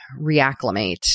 reacclimate